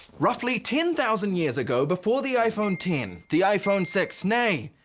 roughly ten thousand years ago, before the iphone ten, the iphone six, ney,